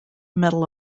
medal